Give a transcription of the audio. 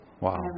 Wow